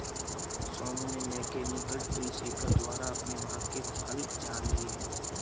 सोनू ने mechanical tree shaker द्वारा अपने बाग के फल झाड़ लिए है